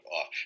off